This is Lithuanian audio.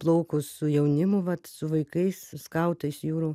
plaukus su jaunimu vat su vaikais skautais jūrų